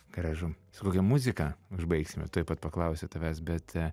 gražu su kokia muzika užbaigsime tuoj pat paklausė tavęs bet